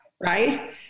Right